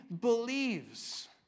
believes